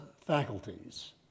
faculties